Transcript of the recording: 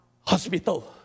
Hospital